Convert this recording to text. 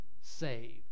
saved